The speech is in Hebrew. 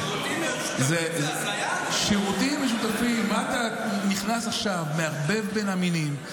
שירותים משותפים זה הזיה?